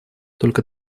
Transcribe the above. только